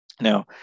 Now